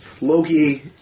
Loki